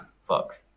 fuck